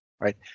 right